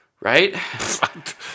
Right